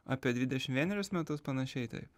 apie dvidešim vienerius metus panašiai taip